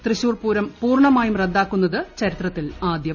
തൃശൂർപൂരം പൂർണ്ണമായും റദ്ദാക്കുന്നത് ചരിത്രത്തിലാദൃം